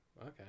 Okay